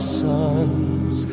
sons